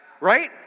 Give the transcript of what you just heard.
right